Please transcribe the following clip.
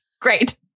great